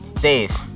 dave